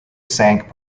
sank